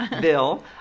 Bill